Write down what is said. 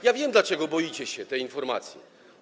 Ja wiem, dlaczego boicie się tej informacji.